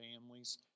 families